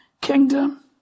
kingdom